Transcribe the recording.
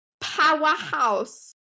powerhouse